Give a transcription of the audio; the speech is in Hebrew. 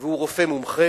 והוא רופא מומחה,